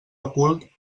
ocult